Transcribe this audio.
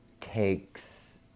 takes